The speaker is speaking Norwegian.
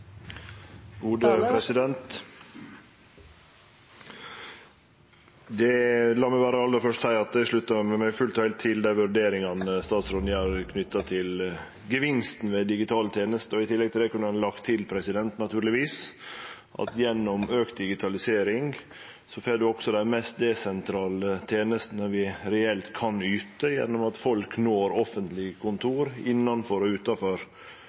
La meg berre aller først seie at eg sluttar meg fullt og heilt til dei vurderingane statsråden gjer knytt til gevinsten ved digitale tenester, og i tillegg til det kunne han naturlegvis ha lagt til at gjennom auka bruk av digitalisering får ein også dei mest desentraliserte tenestene vi reelt kan yte, gjennom at folk når offentlege kontor innanfor og utanfor